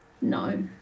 No